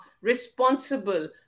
responsible